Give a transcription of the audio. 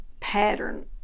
pattern